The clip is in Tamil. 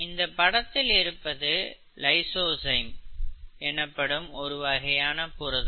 இந்தப் படத்தில் இருப்பது லைசோசைம் எனப்படும் ஒருவகையான புரதம்